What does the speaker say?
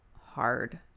hard